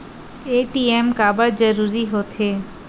ATM काबर जरूरी हो थे?